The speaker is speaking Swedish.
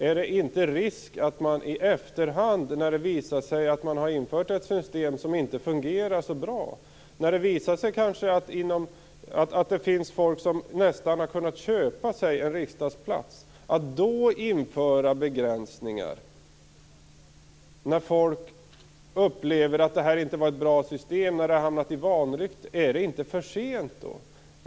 Låt oss säga att det visar sig att man infört ett system som inte fungerar så bra, att det finns folk som nästan har kunnat köpa sig en riksdagsplats, att folk upplever att det inte var ett bra system och att systemet hamnar i vanrykte. Är det inte för sent att då i efterhand införa begränsningar?